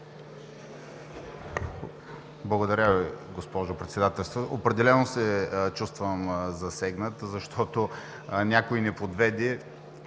Благодаря Ви, госпожо Председател. Определено се чувствам засегнат, защото някой ни подведе